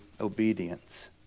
obedience